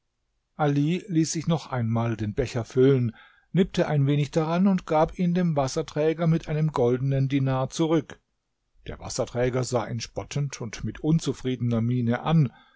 ali ließ sich noch einmal den becher füllen nippte ein wenig daran und gab ihn dem wasserträger mit einem goldenen dinar zurück der wasserträger sah ihn spottend und mit unzufriedener miene an